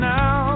now